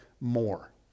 more